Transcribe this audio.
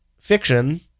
fiction